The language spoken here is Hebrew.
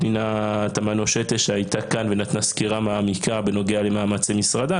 פנינה תמנו-שטה שהייתה כאן ונתנה סקירה מעמיקה בנוגע למאמצי משרדה.